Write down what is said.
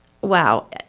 Wow